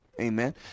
Amen